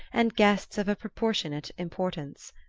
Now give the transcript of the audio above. and guests of a proportionate importance.